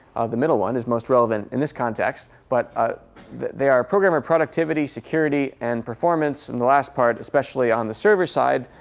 the middle one is most relevant in this context. but ah they are programmer productivity, security, and performance. and the last part, especially on the server side,